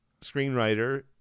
screenwriter